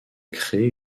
créer